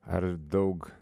ar daug